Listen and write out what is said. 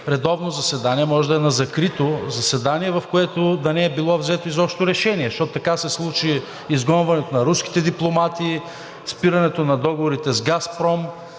редовно заседание? Може да е на закрито заседание, в което да не е било взето изобщо решение, защото така се случи с изгонването на руските дипломати, спирането на договорите с „Газпром“